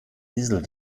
diesel